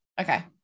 Okay